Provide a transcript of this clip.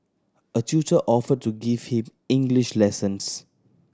a tutor offered to give him English lessons